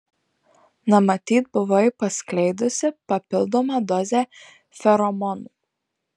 na matyt buvai paskleidusi papildomą dozę feromonų